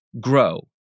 grow